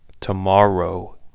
tomorrow